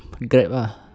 grab lah